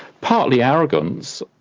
partly arrogance,